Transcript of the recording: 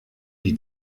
die